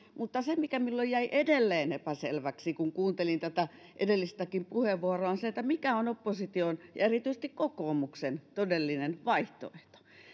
mutta se mikä minulle jäi edelleen epäselväksi kun kuuntelin tätä edellistäkin puheenvuoroa on se mikä on opposition ja erityisesti kokoomuksen todellinen vaihtoehto